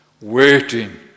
waiting